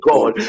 God